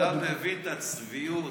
אתה מבין את הצביעות?